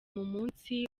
munsi